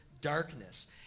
darkness